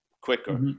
quicker